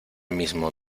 mismo